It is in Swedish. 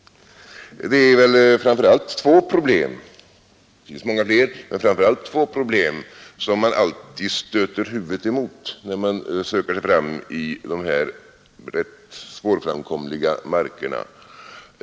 Det är väl framför allt två problem — det finns många fler — som man alltid stöter huvudet emot, när man söker sig fram i de här rätt svårframkomliga markerna.